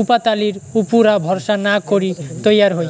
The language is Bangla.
ওপাতালির উপুরা ভরসা না করি তৈয়ার হই